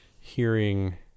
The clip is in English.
hearing